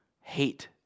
hate